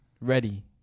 Ready